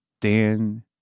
Dan